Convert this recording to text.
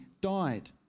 died